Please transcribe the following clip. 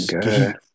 good